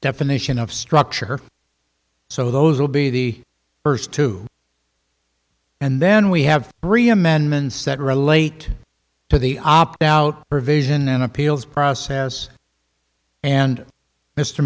definition of structure so those will be the first to and then we have three amendments that relate to the opt out provision and appeals process and mr